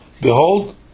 Behold